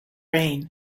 reign